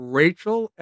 rachel